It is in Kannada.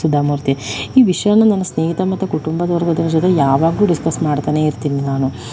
ಸುಧಾಮೂರ್ತಿ ಈ ವಿಷಯನ ನನ್ನ ಸ್ನೇಹಿತ ಮತ್ತೆ ಕುಟುಂಬದವರ ಜೊತೆ ಯಾವಾಗಲೂ ಡಿಸ್ಕಸ್ ಮಾಡ್ತಾನೇಯಿರ್ತೀನಿ ನಾನು